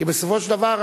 כי בסופו של דבר,